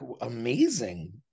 amazing